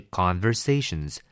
conversations